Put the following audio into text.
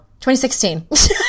2016